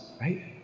right